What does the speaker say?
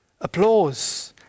applause